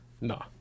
no